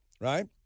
right